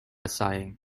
sighing